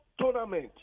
tournament